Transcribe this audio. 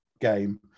game